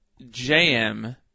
JM